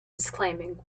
disclaiming